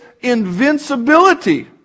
invincibility